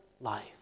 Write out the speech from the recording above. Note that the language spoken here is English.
life